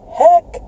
heck